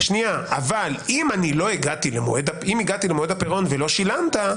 אבל אם אני הגעתי למועד הפירעון ואתה לא שילמת,